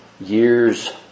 years